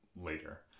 later